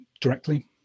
directly